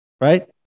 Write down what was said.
Right